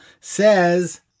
says